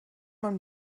man